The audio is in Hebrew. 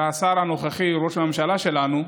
ולשר הנוכחי, ראש הממשלה שלנו,